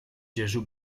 gesù